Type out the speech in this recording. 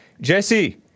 Jesse